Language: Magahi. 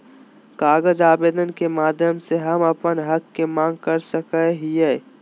कागज आवेदन के माध्यम से हम अपन हक के मांग कर सकय हियय